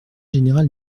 général